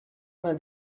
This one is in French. vingt